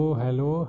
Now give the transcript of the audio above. hello